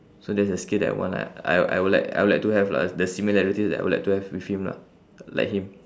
so that's a skill that I want lah I I would like I would like to have lah the similarity that I would like to have with him lah like him